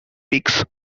peaks